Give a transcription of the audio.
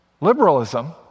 Liberalism